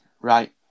right